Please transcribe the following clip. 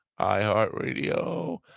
iHeartRadio